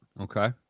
Okay